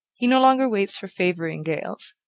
he no longer waits for favoring gales,